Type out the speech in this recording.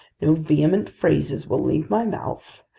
no vehement phrases will leave my mouth,